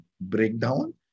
breakdown